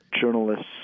journalists